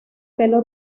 pelo